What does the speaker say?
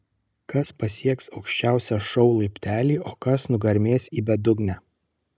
kas pasieks aukščiausią šou laiptelį o kas nugarmės į bedugnę